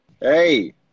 Hey